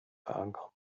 verankern